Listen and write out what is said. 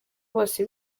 bose